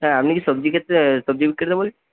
হ্যাঁ আপনি কি সবজি সবজি